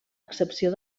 excepció